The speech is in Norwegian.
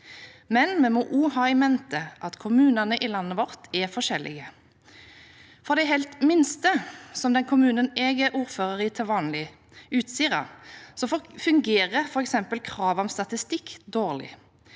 Samtidig må vi ha i mente at kommunene i landet vårt er forskjellige. For de aller minste, som den kommunen jeg er ordfører i til vanlig, Utsira, fungerer f.eks. kravet om statistikk dårlig.